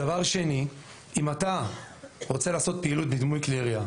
אם אתה רוצה לעשות פעילות בדמוי כלי ירייה,